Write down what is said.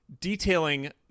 detailing